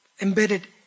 embedded